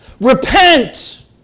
Repent